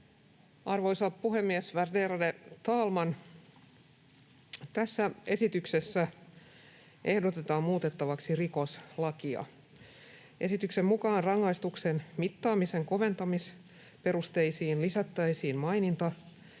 Arvoisa puhemies, värderade talman! Tässä esityksessä ehdotetaan muutettavaksi rikoslakia. Esityksen mukaan rangaistuksen mittaamisen koventamisperusteisiin lisättäisiin maininta